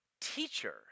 teacher